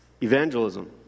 Evangelism